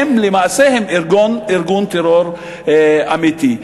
כשהם למעשה ארגון טרור אמיתי.